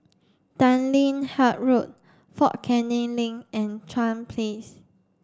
Tanglin Halt Road Fort Canning Link and Chuan Place